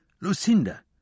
Lucinda